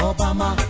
Obama